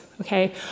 okay